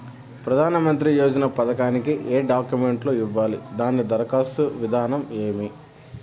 ప్రధానమంత్రి యోజన పథకానికి ఏ డాక్యుమెంట్లు ఇవ్వాలి దాని దరఖాస్తు విధానం ఏమి